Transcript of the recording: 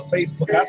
Facebook